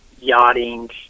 yachting